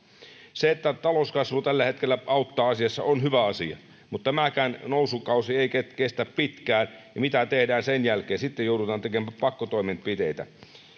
se että talouskasvu tällä hetkellä auttaa asiassa on hyvä asia mutta tämäkään nousukausi ei kestä pitkään ja mitä tehdään sen jälkeen sitten joudutaan tekemään pakkotoimenpiteitä